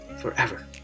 forever